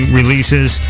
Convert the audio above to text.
releases